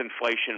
inflation